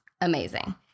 Amazing